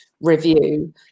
review